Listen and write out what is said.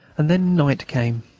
and then night came.